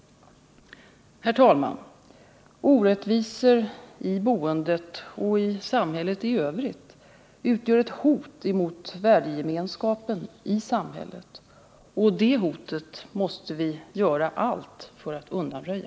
Herr talman! Orättvisor i boendet och i samhället i övrigt utgör ett hot mot värdegemenskapen i samhället. Detta hot måste vi göra allt för att undanröja.